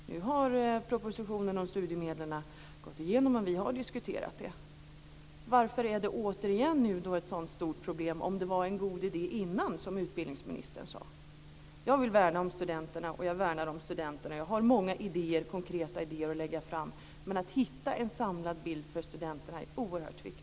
Nu har propositionen om studiemedlen gått igenom och vi har diskuterat det. Varför är det återigen ett så stort problem om det var en god idé innan, som utbildningsministern sade? Jag vill värna om studenterna. Jag har många konkreta idéer att lägga fram. Det är oerhört viktigt att se den samlade bilden av hur studenterna har det.